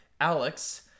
Alex